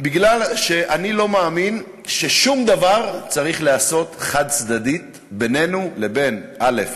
משום שאני לא מאמין ששום דבר צריך להיעשות חד-צדדית בינינו לבין א.